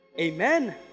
Amen